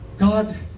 God